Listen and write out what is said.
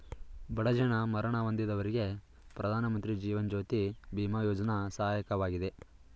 ಬಡ ಜನ ಮರಣ ಹೊಂದಿದವರಿಗೆ ಪ್ರಧಾನಮಂತ್ರಿ ಜೀವನ್ ಜ್ಯೋತಿ ಬಿಮಾ ಯೋಜ್ನ ಸಹಾಯಕವಾಗಿದೆ